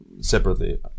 separately